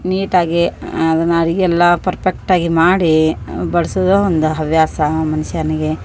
ನೀಟಾಗಿ ಅದನ್ನ ಅಡುಗೆ ಎಲ್ಲ ಪರ್ಪೆಕ್ಟ್ ಆಗಿ ಮಾಡಿ ಬಡಿಸೂದು ಒಂದ ಹವ್ಯಾಸ ಮನುಷ್ಯನಿಗೆ